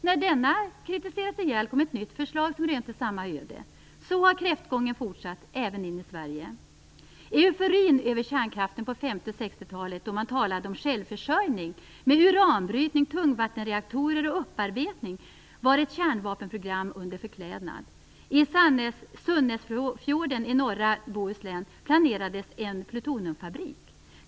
När denna kritiserats ihjäl kom ett nytt förslag som rönte samma öde. Så har kräftgången fortsatt - även in i Sverige. Euforin över kärnkraften på 50 och 60-talen, då man talade om självförsörjning med uranbrytning, tungvattenreaktorer och upparbetning var ett kärnvapenprogram under förklädnad. I Sannäsfjorden i norra Bohuslän planerades en plutoniumfabrik.